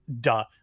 Duh